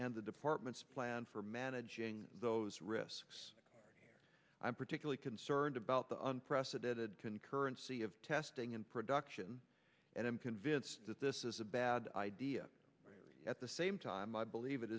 and the department's plan for managing those risks i'm particularly concerned about the unprecedented concurrency of testing and production and i'm convinced that this is a bad idea at the same time i believe it